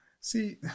see